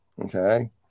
Okay